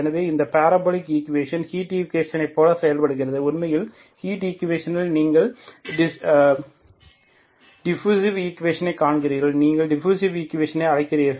எனவே இந்த parabolic equation heat ஈக்குவேஷன்களைப் போல செயல்படுகின்றன உண்மையில் ஹீட் ஈக்குவேஷனில் நீங்கள் டிஃப்பூசிவ் ஈக்குவேஷனைக் காண்கிறீர்கள் நீங்கள் டிஃப்பூசிவ் ஈக்குவேஷனை அழைக்கிறீர்கள்